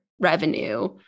revenue